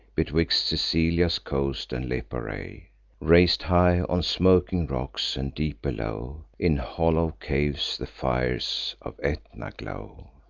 betwixt sicilia's coasts and lipare, rais'd high on smoking rocks and, deep below, in hollow caves the fires of aetna glow.